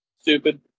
Stupid